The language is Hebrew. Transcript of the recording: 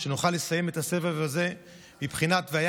שנוכל לסיים את הסבב הזה בבחינת "והיה